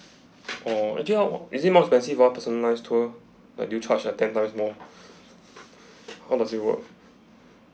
oh actually how is it more expensive for personalised tour that you charge uh ten times more how does it work